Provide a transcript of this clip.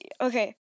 okay